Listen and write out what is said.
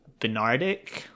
Bernardic